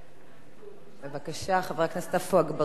בבקשה, חבר הכנסת עפו אגבאריה, לרשותך עשר דקות.